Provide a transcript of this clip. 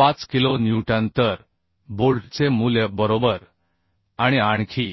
5 kilo newton तर बोल्टचे मूल्य बरोबर आणि आणखी